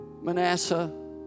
Manasseh